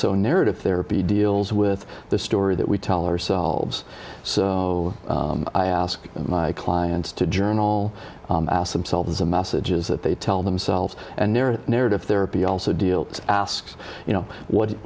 so narrative therapy deals with the story that we tell ourselves so i ask my clients to journal ask themselves the messages that they tell themselves and their narrative therapy also deal that asks you know what